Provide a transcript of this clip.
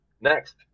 Next